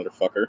motherfucker